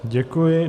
Děkuji.